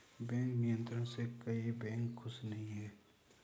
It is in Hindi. बैंक नियंत्रण से कई बैंक खुश नही हैं